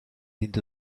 into